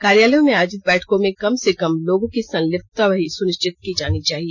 कार्यालयों में आयोजित बैठकों में कम से कम लोगों की संलिप्तता भी सुनिश्चित की जानी चाहिए